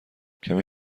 کمی